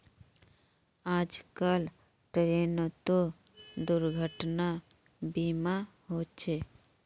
आजकल ट्रेनतो दुर्घटना बीमा होचे